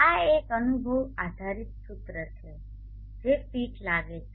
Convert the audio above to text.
આ એક અનુભવ આધારિત સૂત્ર છે જે ફિટ લાગે છે